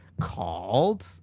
called